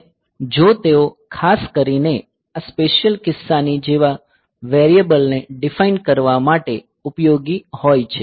અને જો તેઓ ખાસ કરીને આ સ્પેશિયલ કિસ્સાની જેવા વેરિએબલ ને ડીફાઇન કરવા માટે ઉપયોગી હોય છે